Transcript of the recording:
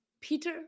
Peter